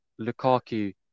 Lukaku